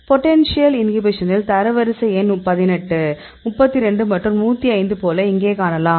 potential இன்ஹிபிஷனில் தரவரிசை எண் 18 32 மற்றும் 105 போல இங்கே காணலாம்